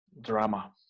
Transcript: drama